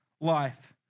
life